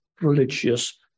religious